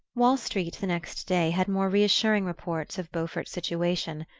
wall street, the next day, had more reassuring reports of beaufort's situation.